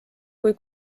kui